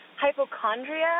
hypochondria